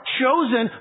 chosen